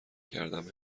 کردهام